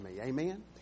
Amen